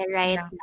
right